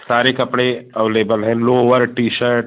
सारे कपड़े अवेलेबल हैं लोवर टी शर्ट